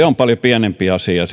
on paljon pienempi asia